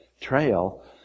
Trail